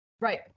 Right